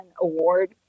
award